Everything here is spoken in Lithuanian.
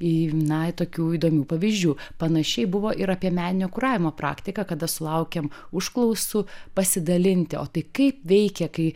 į na tokių įdomių pavyzdžių panašiai buvo ir apie meninio kuravimo praktiką kada sulaukėm užklausų pasidalinti o tai kaip veikia kai